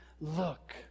look